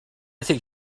think